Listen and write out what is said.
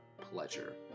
pleasure